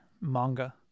Manga